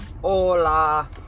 hola